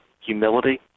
humility